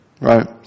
Right